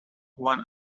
one